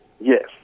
Yes